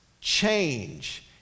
change